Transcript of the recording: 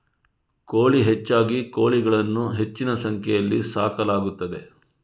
ಕೋಳಿ ಹೆಚ್ಚಾಗಿ ಕೋಳಿಗಳನ್ನು ಹೆಚ್ಚಿನ ಸಂಖ್ಯೆಯಲ್ಲಿ ಸಾಕಲಾಗುತ್ತದೆ